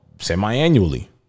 semi-annually